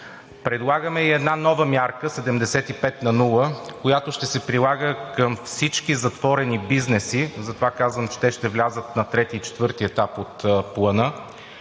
Предлагаме и една нова мярка – 75/0, която ще се прилага към всички затворени бизнеси, затова казвам, че те ще влязат на трети и четвърти етап от Плана,